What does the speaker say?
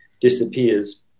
disappears